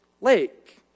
lake